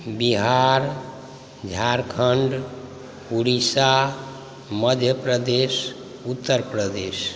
Bihar Jharkhand Orissa Madhya Pradesh Uttar Pradesh